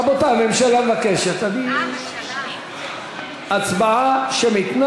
רבותי, הממשלה מבקשת הצבעה שמית.